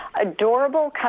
adorable